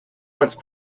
once